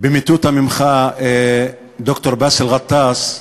במטותא ממך, ד"ר באסל גטאס,